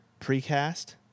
precast